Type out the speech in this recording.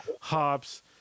hops